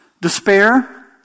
despair